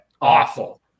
Awful